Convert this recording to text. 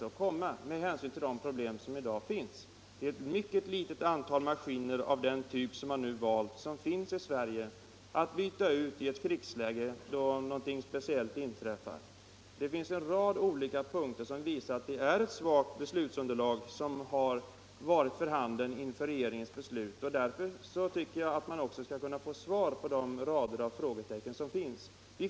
Jag frågar detta med hänsyn till de problem som i dag finns. Vi har i Sverige endast ett mycket litet antal maskiner av den typ som man nu valt vilka skulle kunna användas som utbytesmaskiner i ett krigsläge. En rad olika omständigheter visar att regeringen haft ett svagt beslutsunderlag. Därför tycker jag att man borde kunna få svar på de rader av frågor som anmäler sig.